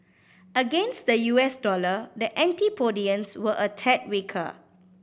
against the U S dollar the antipodeans were a tad weaker